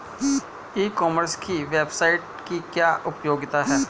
ई commerce की website की क्या उपयोगिता है?